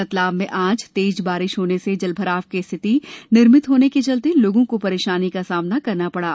रतलाम में आज तेज बारिश होने से जल भराव की स्थिति निर्मित होने के चलते लोगों को परेशानी का सामना करना पड़ा